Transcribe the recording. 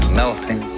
melting